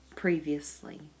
previously